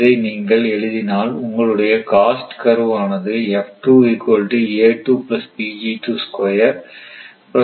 இதை நீங்கள் எழுதினால் உங்களுடைய காஸ்ட் கர்வ் ஆனது ஆக இருக்கும்